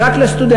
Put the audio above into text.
זה רק לסטודנטים.